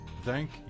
Thank